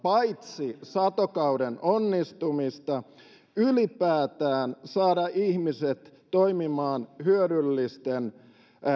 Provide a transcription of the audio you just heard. paitsi helpottamaan satokauden onnistumista ylipäätään saamaan ihmiset toimimaan hyödyllisten